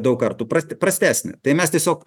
daug kartų prasti prastesnė tai mes tiesiog